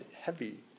heavy